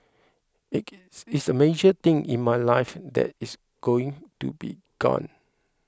it's a major thing in my life that it's going to be gone